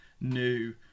new